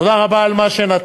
תודה רבה על מה שנתת,